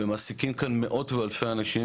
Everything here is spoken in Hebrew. ומעסיקים כאן מאות ואלפי אנשים,